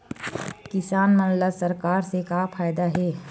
किसान मन ला सरकार से का फ़ायदा हे?